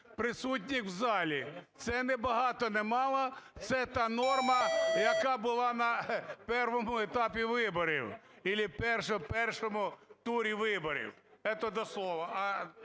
присутніх в залі. Це ні багато, ні мало, це та норма, яка була на першому етапі виборів чи першому турі виборів. Это до слова.